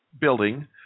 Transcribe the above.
building